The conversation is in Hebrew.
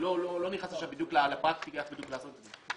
אני לא נכנס עכשיו בדיוק לפרקטיקה איך לעשות את זה.